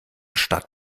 stadt